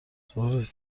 ظهرش